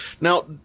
Now